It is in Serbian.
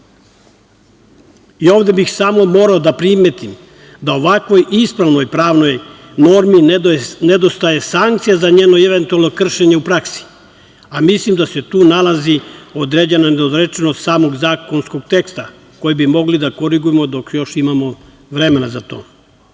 bih samo morao da primetim da ovako ispravnoj pravnoj normi nedostaje sankcija za njeno eventualno kršenje u praksi, a mislim da se tu nalazi određena nedorečenost samog zakonskog teksta, koji bi mogli da korigujemo dok još imamo vremena za